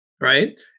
right